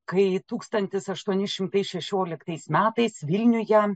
kai tūkstantis aštuoni šimtai šešioliktais metais vilniuje